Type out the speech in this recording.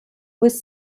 was